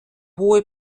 hohe